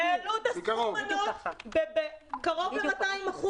העלו את סכום המנות בקרוב ל-200%.